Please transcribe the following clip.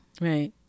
right